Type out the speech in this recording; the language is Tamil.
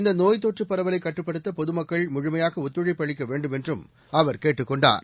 இந்தநோய் தொற்றுபரவலைகட்டுப்படுத்தபொதுமக்கள் முழுமையாகஒத்துழைப்பு அளிக்கவேண்டுமென்றும் அவர் கேட்டுக் கொண்டார்